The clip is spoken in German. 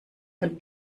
von